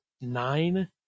nine